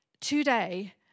today